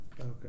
Okay